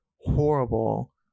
horrible